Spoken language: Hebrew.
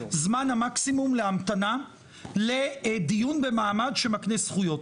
זמן המקסימום להמתנה לדיון במעמד שמקנה זכויות?